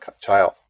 child